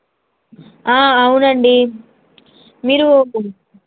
అవునండి మీరు